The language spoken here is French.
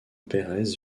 pérez